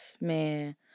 Man